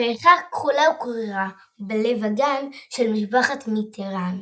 ברכה כחלה וקרירה בלב הגן של משפחת מיטראן.